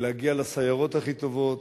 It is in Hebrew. להגיע לסיירות הכי טובות.